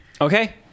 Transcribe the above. Okay